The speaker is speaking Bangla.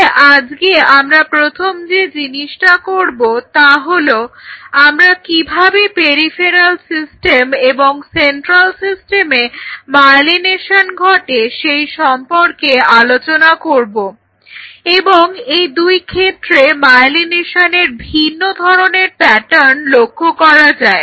তাহলে আজকে আমরা প্রথম যে জিনিসটা করব তা হলো আমরা কিভাবে পেরিফেরাল সিস্টেম এবং সেন্ট্রাল সিস্টেমে মায়েলিনেশন ঘটে সেই সম্পর্কে আলোচনা করব এবং এই দুই ক্ষেত্রে মায়েলিনেশনের ভিন্ন ধরনের প্যাটার্ন লক্ষ্য করা যায়